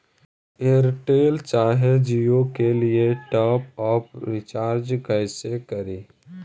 Airtel चाहे जियो के लिए टॉप अप रिचार्ज़ कैसे करी?